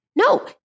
No